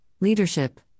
leadership